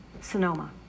Sonoma